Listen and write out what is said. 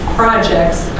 projects